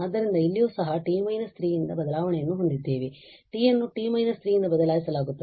ಆದ್ದರಿಂದ ಇಲ್ಲಿಯೂ ಸಹ ನಾವು t − 3 ರಿಂದ ಬದಲಾವಣೆಯನ್ನು ಹೊಂದಿದ್ದೇವೆ t ಅನ್ನು t − 3 ರಿಂದ ಬದಲಾಯಿಸಲಾಗುತ್ತದೆ